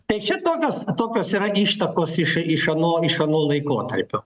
tai čia tokios tokios yra ištakos iš iš ano iš ano laikotarpio